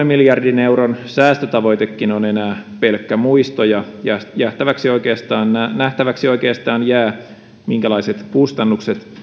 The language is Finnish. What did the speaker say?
miljardin euron säästötavoitekin on enää pelkkä muisto ja ja nähtäväksi oikeastaan nähtäväksi oikeastaan jää minkälaiset kustannukset